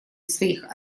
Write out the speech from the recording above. своих